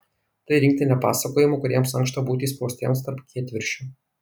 tai rinktinė pasakojimų kuriems ankšta būti įspraustiems tarp kietviršių